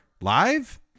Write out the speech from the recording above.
live